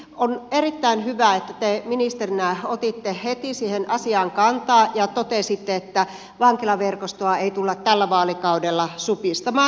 on erittäin hyvä että te ministerinä otitte heti siihen asiaan kantaa ja totesitte että vankilaverkostoa ei tulla tällä vaalikaudella supistamaan